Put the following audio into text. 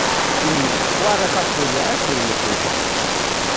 ᱚᱣᱟᱨ ᱨᱟᱠᱟᱵ ᱠᱚ ᱨᱮᱭᱟᱜᱼᱮ ᱠᱩᱨᱩᱢᱩᱴᱩᱭᱟ